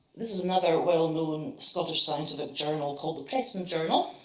this is another well-known scottish scientific journal called the press and journal.